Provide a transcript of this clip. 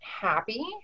happy